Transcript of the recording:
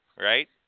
right